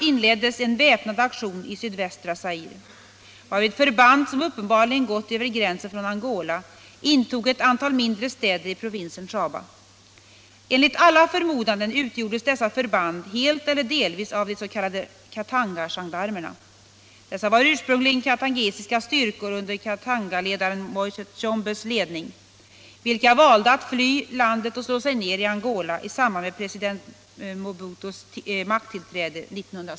I korthet är den bild som nu avtecknar sig av händelseutvecklingen denna.